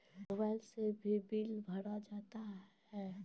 Mobile से भी bill भरा जाता हैं?